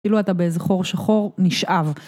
כאילו אתה באיזה חור שחור נשאב.